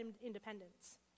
independence